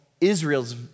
Israel's